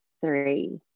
three